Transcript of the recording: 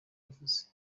yavuze